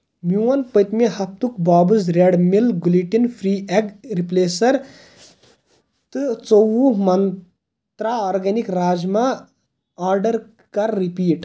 میون پٔتۍ مہِ ہفتُک Bob's red mill gluten free egg replacer تہٕ ژووُہ منٛترٛا آرگنِک راجما آڈر کر رِپیٖٹ